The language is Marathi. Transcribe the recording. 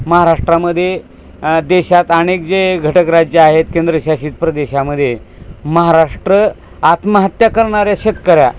महाराष्ट्रामध्ये देशात अनेक जे घटक राज्य आहेत केंद्रशासित प्रदेशामध्ये महाराष्ट्र आत्महत्या करणाऱ्या शेतकऱ्या